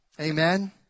Amen